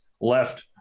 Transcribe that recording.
left